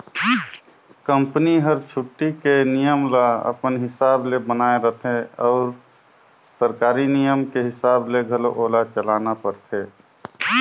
company हर छुट्टी के नियम ल अपन हिसाब ले बनायें रथें अउ सरकारी नियम के हिसाब ले घलो ओला चलना परथे